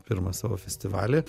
pirmą savo festivalį